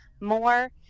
more